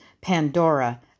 Pandora